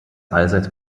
allseits